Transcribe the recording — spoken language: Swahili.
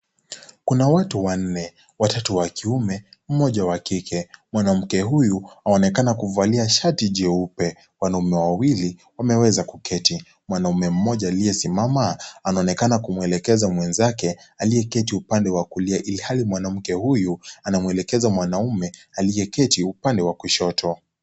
Kuna watu wanne, watatu wa kiume mmoja wa kike. Mwanamke huyu anaonekana kuvalia shati jeupe. Wanaume wawili wameweza kuketi. Mwanaume mmoja aliyesimama, anaonekana kumwelekeza mwenzake aliyeketi upande wa kulia ilhali mwanamke huyu, anamwelezea mwanaume aliyeketi upande wa kushoto.